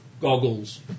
Goggles